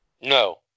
No